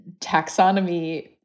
taxonomy